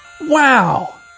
Wow